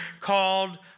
called